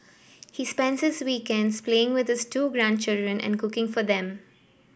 he spends his weekends playing with this two grandchildren and cooking for them